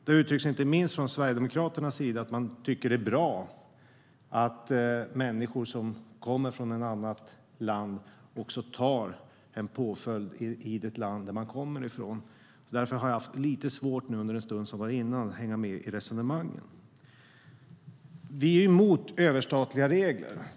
Det uttrycks inte minst från Sverigedemokraternas sida att man tycker att det är bra att människor som kommer från ett annat land tar påföljden i det land som man kommer från. Därför har jag under den stund som har varit haft lite svårt att hänga med i resonemangen. Vi är emot överstatliga regler.